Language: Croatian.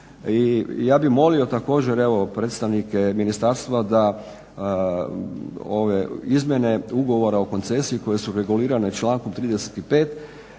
ja bih molio također evo predstavnike ministarstva da ove izmjene Ugovora o koncesiji koje su regulirane člankom 35.